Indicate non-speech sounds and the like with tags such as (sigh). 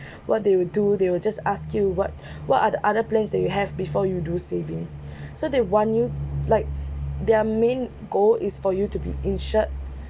(breath) what they will do they will just ask you what (breath) what are the other plans that you have before you do savings (breath) so they want you like their main goal is for you to be insured